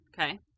Okay